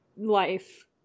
life